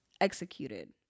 executed